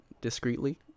discreetly